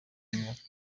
y’imyaka